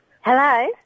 Hello